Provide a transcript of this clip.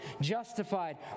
justified